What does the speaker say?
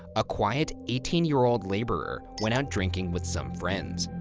a quiet eighteen year old laborer, went out drinking with some friends.